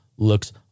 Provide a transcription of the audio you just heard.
Looks